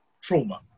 trauma